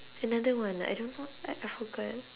another one I don't know I I forgot